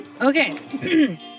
Okay